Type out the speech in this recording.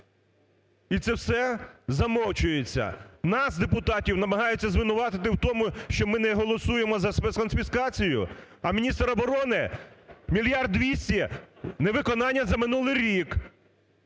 І це все замовчується. Нас, депутатів, намагаються звинуватити в тому, що ми не голосуємо за спецконфіскацію, а міністр оборони 1 мільярд 200 – невиконання за минулий рік.